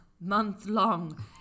month-long